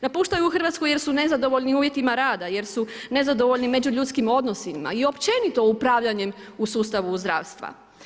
Napuštaju Hrvatsku jer su nezadovoljni uvjetima rada jer su nezadovoljni međuljudskim odnosima i općenito upravljanjem u sustavu zdravstva.